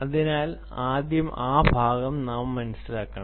അതിനാൽ ആദ്യം ആ ഭാഗം നാം മനസ്സിലാക്കണം